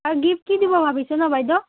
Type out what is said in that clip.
আৰু গিফ্ট কি দিব ভাবিছে ন বাইদেউ